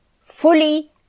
fully